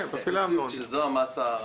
זה המאסה המשמעותית.